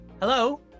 Hello